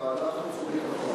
לוועדת חוץ וביטחון.